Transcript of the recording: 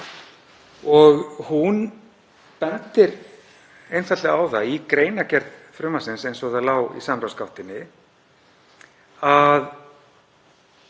og hún benti einfaldlega á það í greinargerð frumvarpsins, eins og það lá í samráðsgáttinni, að